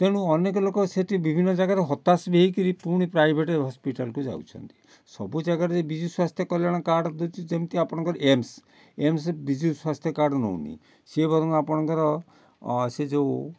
ତେଣୁ ଅନେକ ଲୋକ ସେଇଠି ବିଭିନ୍ନ ଯାଗାରେ ହତାଶ ବି ହେଇକିରି ପୁଣି ପ୍ରାଇଭେଟ୍ ହସ୍ପିଟାଲକୁ ଯାଉଛନ୍ତି ସବୁ ଜାଗାରେ ଯେ ବିଜୁସ୍ୱାସ୍ଥ୍ୟ କଲ୍ୟାଣ କାର୍ଡ଼ ଦେଉଛି ଯେମିତି ଆପଣଙ୍କର ଏମ୍ସ ଏମ୍ସ ବିଜୁସ୍ୱାସ୍ଥ୍ୟ କାର୍ଡ଼ ନେଉନି ସେ ବରଂ ଆପଣଙ୍କର ସେ ଯେଉଁ